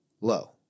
low